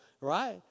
right